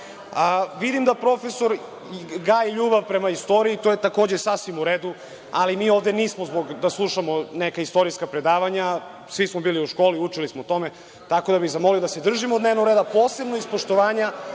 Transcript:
da profesor gaji ljubav prema istoriji, što je takođe sasvim u redu. Ali, mi ovde nismo zbog toga da slušamo neka istorijska predavanja. Svi smo bili u školi, učili smo o tome, tako da bih zamolio da se držimo dnevnog reda, posebno iz poštovanja